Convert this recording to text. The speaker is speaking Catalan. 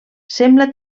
sembla